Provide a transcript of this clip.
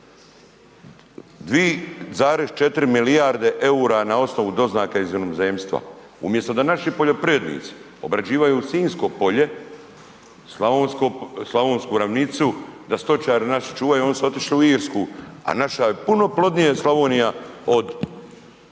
2,4 milijarde eura na osnovu doznaka iz inozemstva. Umjesto da naši poljoprivrednici obrađuju Sinjsko polje, slavonsku ravnicu, da stočari naši čuvaju, oni su otišli u Irsku, a naša puno plodnija Slavonija od